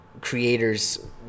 creators